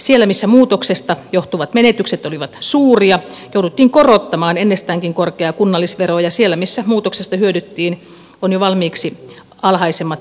siellä missä muutoksesta johtuvat menetykset olivat suuria jouduttiin korottamaan ennestäänkin korkeaa kunnallisveroa ja siellä missä muutoksesta hyödyttiin on jo valmiiksi alhaisemmat verokannat